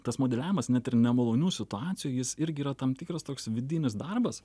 tas modeliavimas net ir nemalonių situacijų jis irgi yra tam tikras toks vidinis darbas